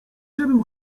żebym